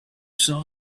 saw